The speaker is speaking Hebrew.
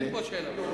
אין פה שאלה פוליטית.